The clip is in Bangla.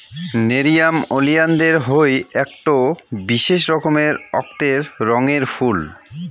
নেরিয়াম ওলিয়ানদের হই আকটো বিশেষ রকমের অক্তের রঙের ফুল